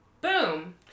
Boom